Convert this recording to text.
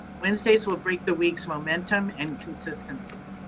wednesdays will break the week's momentum and consistency.